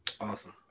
Awesome